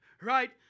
right